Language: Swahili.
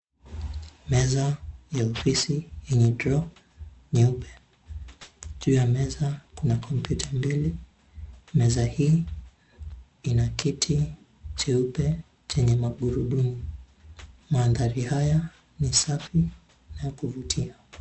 Meza ya ofisi yenye draw nyeupe, juu ya meza kuna kompyuta mbili. Meza hii ina kiti cheupe chenye magurudumu. Mandhari haya ni safi na yakuvutia.